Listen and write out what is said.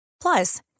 Plus